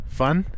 fun